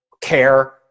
care